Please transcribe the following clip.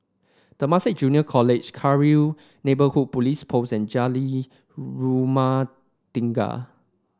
Temasek Junior College Cairnhill Neighbourhood Police Post and Jalan Rumah Tinggi